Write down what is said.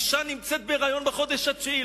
אשה בהיריון בחודש התשיעי.